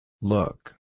Look